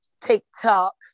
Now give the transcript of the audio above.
TikTok